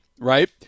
Right